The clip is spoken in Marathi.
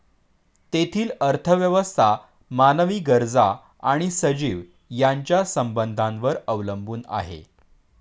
तेथील अर्थव्यवस्था मानवी गरजा आणि सजीव यांच्या संबंधांवर अवलंबून आहे